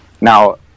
Now